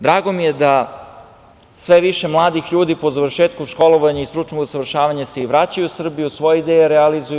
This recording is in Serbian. Drago mi je da se sve više mladih ljudi po završetku školovanja i stručnog usavršavanja vraća u Srbiju i svoje ideje realizuju.